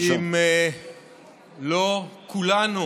אם לא כולנו